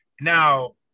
Now